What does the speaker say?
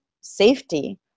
safety